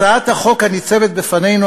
הצעת החוק הניצבת בפנינו,